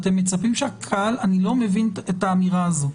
אתם מצפים שהקהל אני לא מבין את האמירה הזו,